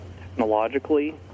technologically